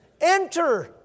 Enter